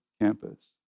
campus